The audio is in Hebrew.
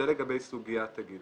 זה לגבי סוגיית הגיל.